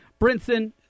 Brinson